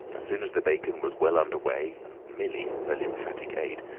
as soon as the bacon was well under way, and millie, her lymphatic maid,